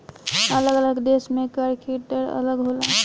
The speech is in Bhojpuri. अलग अलग देश में कर के दर अलग होला